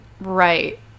right